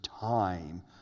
time